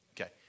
Okay